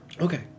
Okay